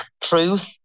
truth